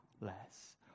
less